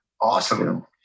awesome